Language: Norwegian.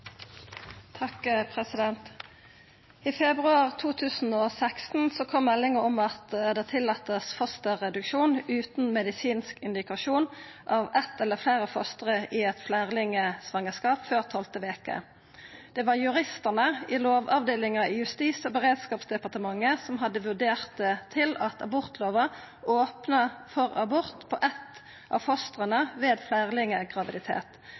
fosterreduksjon – utan medisinsk indikasjon – av eitt eller fleire foster i eit fleirlingsvangerskap før tolvte veke. Det var juristane i Lovavdelinga i Justis- og beredskapsdepartementet som hadde vurdert det til at abortlova opna for abort på eitt av